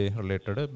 related